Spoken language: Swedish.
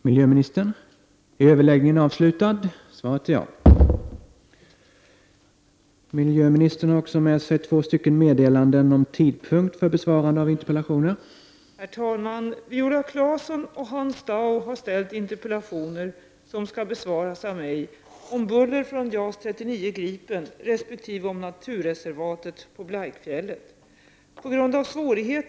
I det underlag som allmänhet och beslutsfattare har angående fasta Öresundsförbindelser, har effekterna på näringslivet behandlats ytterst summariskt. I SOU 1989:4 säger man helt sonika på s. 94 att den väntade ökningen av förbindelserna skulle innebära en viss fördel, ett ytterst kontroversiellt påstående, som endast kan göras på grundval av bristande underlag.